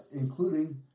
Including